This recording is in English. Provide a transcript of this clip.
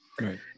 Right